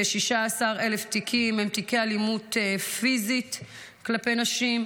כ-16,000 תיקים הם תיקי אלימות פיזית כלפי נשים,